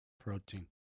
protein